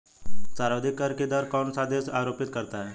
सर्वाधिक कर की दर कौन सा देश आरोपित करता है?